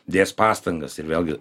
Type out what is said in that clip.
dės pastangas ir vėlgi